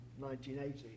1980